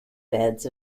beds